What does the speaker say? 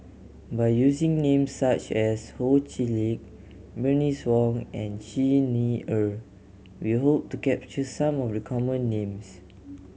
by using names such as Ho Chee Lick Bernice Wong and Xi Ni Er we hope to capture some of the common names